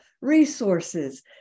resources